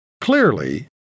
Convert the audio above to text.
clearly